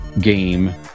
game